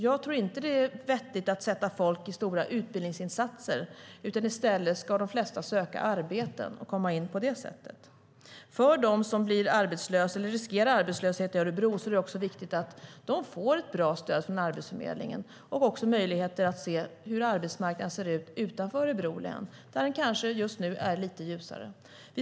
Det är inte vettigt att sätta folk i stora utbildningsinsatser, utan de flesta ska söka arbete och komma in på det sättet. Det är viktigt att de som blir arbetslösa eller riskerar arbetslöshet i Örebro får ett bra stöd från Arbetsförmedlingen och också möjlighet att se hur arbetsmarknaden ser ut utanför Örebro län där det kanske just nu ser lite ljusare ut.